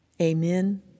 Amen